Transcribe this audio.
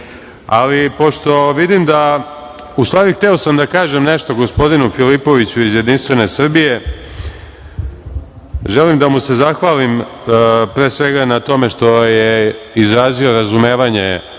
tako izgleda. Hteo sam da kažem nešto gospodinu Filipoviću iz Jedinstvene Srbije. Želim da mu se zahvalim, pre svega, na tome što je izrazio razumevanje